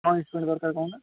କଣ ଇନଷ୍ଟ୍ରୁମେଣ୍ଟ ଦରକାର କହୁନ